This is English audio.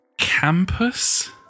Campus